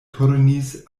turnis